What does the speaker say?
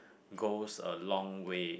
goes a long way